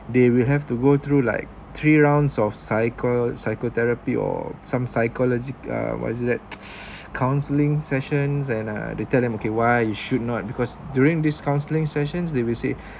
they will have to go through like three rounds of cycle cycle therapy or some psychological uh what is that counselling sessions and uh they tell them okay why you should not because during this counselling sessions they will say